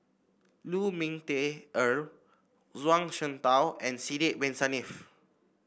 Lu Ming Teh Earl Zhuang Shengtao and Sidek Bin Saniff